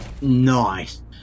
Nice